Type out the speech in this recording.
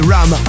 Ram